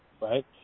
right